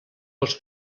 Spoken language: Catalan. als